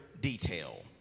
detail